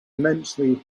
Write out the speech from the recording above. immensely